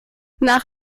nach